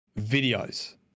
videos